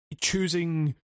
choosing